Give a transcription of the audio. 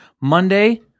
Monday